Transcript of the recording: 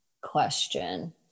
question